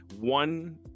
One